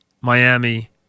Miami